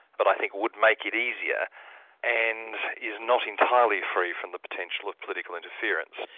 but i think would make it easier and is not entirely free from the potential of political interference.